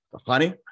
honey